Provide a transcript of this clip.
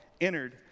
entered